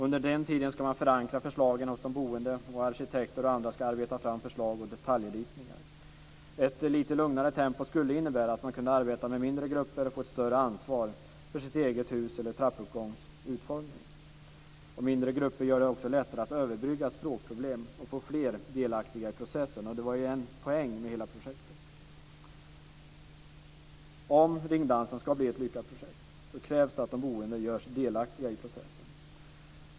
Under den tiden ska man förankra förslagen hos de boende, och arkitekter och andra ska arbeta fram förslag och detaljritningar. Ett lite lugnare tempo skulle innebära att man kunde arbeta med mindre grupper och få ett större ansvar för sitt eget hus eller den egna trappuppgångens utformning. Mindre grupper gör det också lättare att överbrygga språkproblem och få fler delaktiga i processen, och det var ju en poäng med hela projektet. Om Ringdansen ska bli ett lyckat projekt krävs det att de boende görs delaktiga i processen.